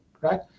right